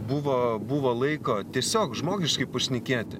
buvo buvo laiko tiesiog žmogiškai pašnekėti